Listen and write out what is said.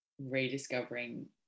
rediscovering